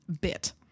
bit